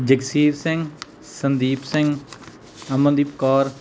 Jagsir Singh Sandeep Singh Amandeep Kaur